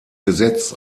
gesetz